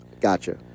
Gotcha